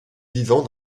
vivant